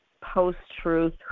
post-truth